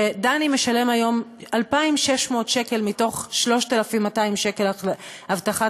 שדני משלם היום 2,600 שקל מ-3,200 שקל הבטחת